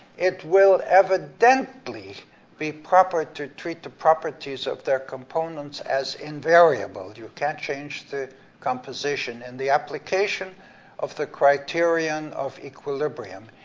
it will evidently be proper to treat the properties of their components as invariable, you can't change the composition, and the application of the criterion of equilibrium,